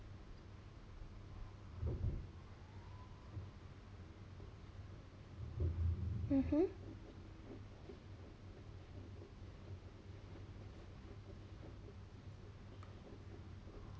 mmhmm